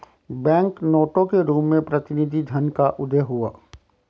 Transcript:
bank नोटों के रूप में प्रतिनिधि धन का उदय हुआ